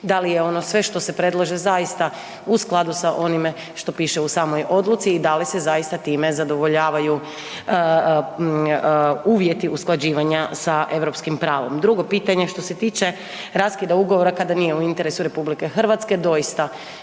da li je ono sve što se predlaže zaista u skladu da onima što piše u samoj odluci i da li se zaista time zadovoljavaju uvjeti usklađivanja sa europskim pravom. Drugo pitanje, što se tiče raskida ugovora kada nije u interesu RH, doista